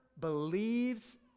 believes